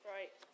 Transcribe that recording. Right